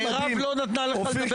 מירב לא נתנה לך לדבר בוועדה?